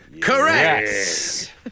Correct